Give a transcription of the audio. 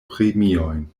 premiojn